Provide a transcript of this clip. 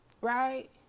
Right